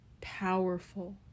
powerful